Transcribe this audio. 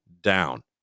down